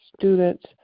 students